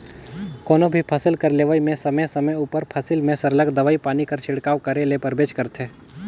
कोनो भी फसिल कर लेवई में समे समे उपर फसिल में सरलग दवई पानी कर छिड़काव करे ले परबेच करथे